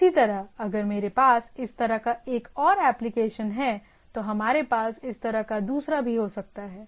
इसी तरह अगर मेरे पास इस तरह का एक और एप्लिकेशन है तो हमारे पास इस तरह का दूसरा भी हो सकता है